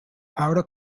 outer